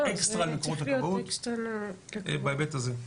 זה אקסטרה מקורות הכבאות בהיבט הזה.